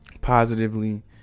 positively